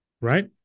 right